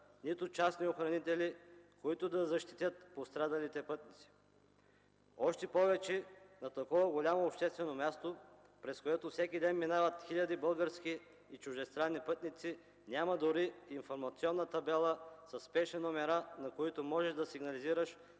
нито частни охранители, които да защитят пострадалите пътници. Още повече, на такова голямо обществено място, през което всеки ден минават хиляди български и чуждестранни пътници, няма дори информационна табела със спешни номера, на които можеш да сигнализираш